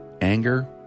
anger